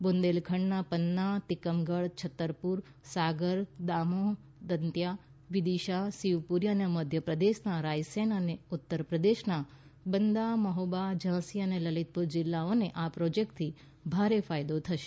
બુંદેલખંડના પન્ના તીકમગઢ છત્તરપુર સાગર દામોહ દતિયા વિદિશા શિવપુરી અને મધ્યપ્રદેશના રાયસેન અને ઉત્તરપ્રદેશના બંદા મહોબા ઝાંસી અને લલિતપુર જિલ્લાઓને આ પ્રોજેક્ટથી ભારે ફાયદો થશે